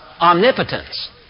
omnipotence